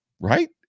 Right